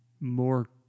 more